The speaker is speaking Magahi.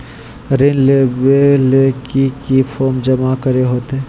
ऋण लेबे ले की की फॉर्म जमा करे होते?